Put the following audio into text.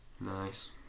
Nice